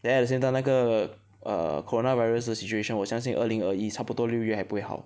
then at the same time 那个 err coronavirus 的 situation 我相信二零二一差不多六月还不会好